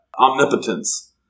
omnipotence